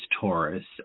Taurus